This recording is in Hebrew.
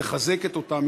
היא מחזקת אותם,